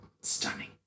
Stunning